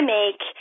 make